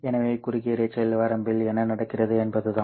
எனவே குறுகிய இரைச்சல் வரம்பில் என்ன நடக்கிறது என்பதுதான்